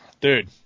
Dude